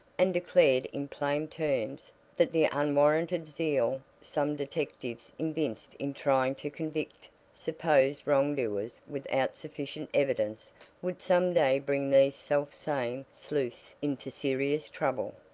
and declared in plain terms that the unwarranted zeal some detectives evinced in trying to convict supposed wrongdoers without sufficient evidence would some day bring these selfsame sleuths into serious trouble.